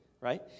right